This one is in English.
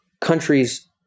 countries